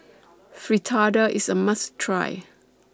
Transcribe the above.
Fritada IS A must Try